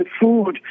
food